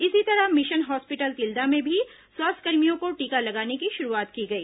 इसी तरह mission hospital Tilda में भी स्वास्थ्यकर्मियों को टीका लगाने की शुरूआत की गई